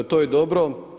To je dobro.